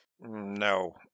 No